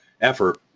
effort